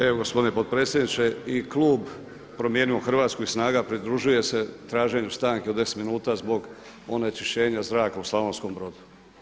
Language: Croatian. Evo gospodine potpredsjedniče i klub „Promijenimo Hrvatsku“ i „Snaga“ pridružuje se traženju stanke od 10 minuta zbog onečišćenja zraka u Slavonskom Brodu.